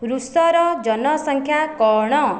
ରୁଷ୍ର ଜନସଂଖ୍ୟା କ'ଣ